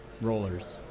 rollers